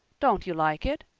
don't you like it?